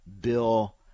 bill